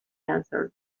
answered